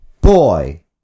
boy